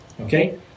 Okay